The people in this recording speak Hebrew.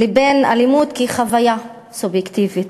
לבין אלימות כחוויה סובייקטיבית.